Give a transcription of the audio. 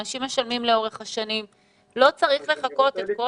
אנשים משלמים לאורך השנים ולא צריך לחכות עם כל